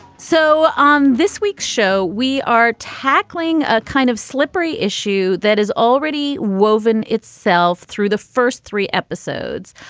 so on this week's show, we are tackling a kind of slippery issue that is already woven itself through the first three episodes.